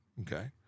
okay